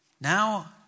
Now